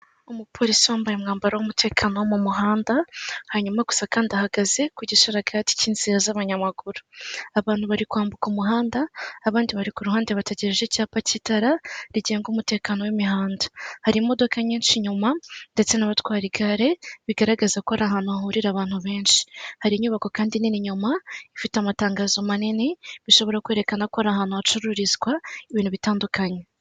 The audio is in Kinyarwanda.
umupolisi wambaye umwambaro w'umutekano wo mu muhanda hanyuma gusa kandi ahagaze ku gisharagati cy'inzira z'abanyamaguru, abantu bari kwambuka umuhanda abandi bari kuruhande bategereje icyapa cy'itara rigenga umutekano w'imihanda hari imodoka nyinshi inyuma ndetse nabatwara igare bigaragaza ko ari ahantu hahurira abantu benshi hari inyubako kandi nini inyuma ifite amatangazo manini bishobora kwerekana ko ari ahantu hacururizwa ibintu bitandukanye.